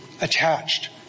attached